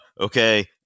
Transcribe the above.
okay